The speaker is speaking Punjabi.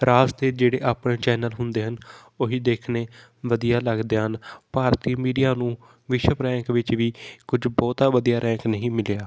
ਰਾਜ ਦੇ ਜਿਹੜੇ ਆਪਣੇ ਚੈਨਲ ਹੁੰਦੇ ਹਨ ਉਹੀ ਦੇਖਣੇ ਵਧੀਆ ਲੱਗਦੇ ਹਨ ਭਾਰਤੀ ਮੀਡੀਆ ਨੂੰ ਵਿਸ਼ਵ ਰੈਂਕ ਵਿੱਚ ਵੀ ਕੁਝ ਬਹੁਤਾ ਵਧੀਆ ਰੈਂਕ ਨਹੀਂ ਮਿਲਿਆ